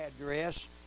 address